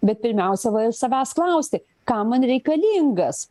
bet pirmiausia savęs klausti kam man reikalingas